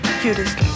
cutest